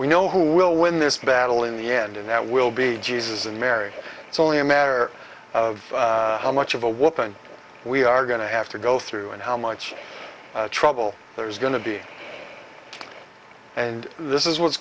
we know who will win this battle in the end and that will be jesus and mary it's only a matter of how much of a woman we are going to have to go through and how much trouble there is going to be and this is what's